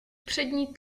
přední